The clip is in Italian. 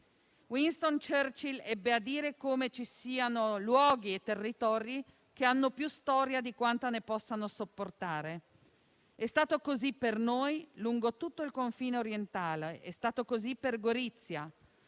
Winston Churchill ebbe a dire come ci siano luoghi e territori che hanno più storia di quanta ne possano sopportare; è stato così per noi, lungo tutto il confine orientale; è stato così per Gorizia.